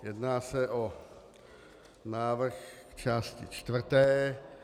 Jedná se o návrh části čtvrté.